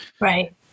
right